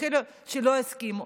יש כאלה שלא יסכימו,